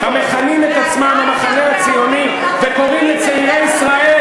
המכנים את עצמם "המחנה הציוני" וקוראים לצעירי ישראל,